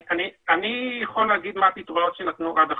אני יכול לומר מה הפתרונות שנתנו עד עכשיו.